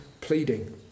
pleading